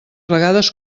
vegades